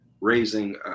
raising